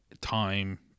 time